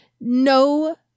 no